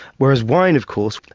whereas wine of course,